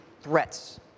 threats